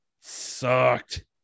sucked